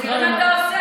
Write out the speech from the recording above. אז תראה מה אתה עושה.